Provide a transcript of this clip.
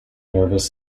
nervous